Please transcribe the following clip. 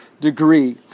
degree